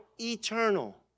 eternal